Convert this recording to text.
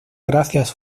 gracias